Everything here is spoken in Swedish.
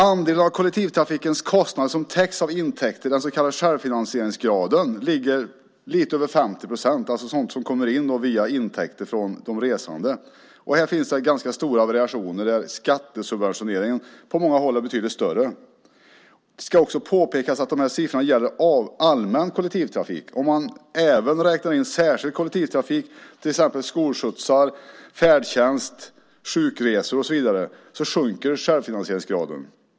Den andel av kollektivtrafikens kostnader som täcks av intäkter, den så kallade självfinansieringsgraden, ligger på lite över 50 procent - sådant som kommer in via intäkter från de resande. Här finns det ganska stora variationer. Skattesubventioneringen är på många håll betydligt större. Det ska också påpekas att de här siffrorna gäller allmän kollektivtrafik. Räknas även särskild kollektivtrafik in - till exempel skolskjutsar, färdtjänst och sjukresor - sjunker självfinansieringsgraden.